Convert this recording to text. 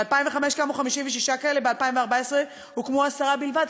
ב-2005 קמו 56 כאלה, ב-2014 הוקמו עשרה בלבד.